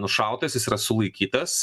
nušautas jis yra sulaikytas